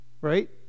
right